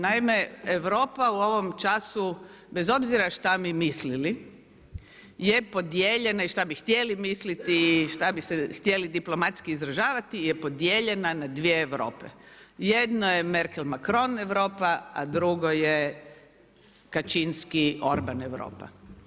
Naime, Europa u ovom času, bez obzira što mi mislili, je podijeljena i što bi htjeli misliti, što bi se htjeli diplomatski izražavati, je podijeljena na 2 Europe, jedno je Merkel Macron Europa, a drugo je Kaczynski, Orban Europa.